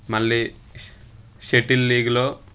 మళ్ళీ షటిల్ లీగ్లో